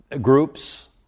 groups